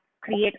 create